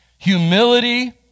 Humility